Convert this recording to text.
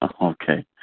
Okay